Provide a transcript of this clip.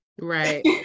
right